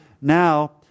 now